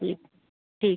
ਠੀਕ ਠੀਕ